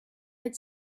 had